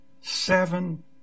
seven